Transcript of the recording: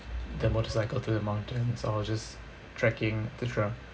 the motorcycle through the mountains or just trekking et cetera